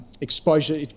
exposure